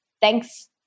thanks